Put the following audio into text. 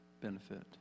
benefit